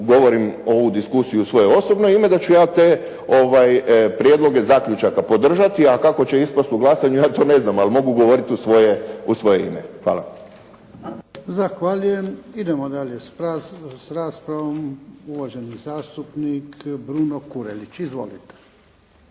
govorim ovu diskusiju u svoje osobno ime, da ću ja te prijedloge zaključaka podržati, a kako će ispasti u glasanju ja to ne znam, ali mogu govoriti u svoje ime. Hvala. **Jarnjak, Ivan (HDZ)** Zahvaljujem. Idemo dalje s raspravom. Uvaženi zastupnik Bruno Kurelić. Izvolite.